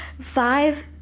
five